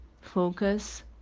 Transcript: focus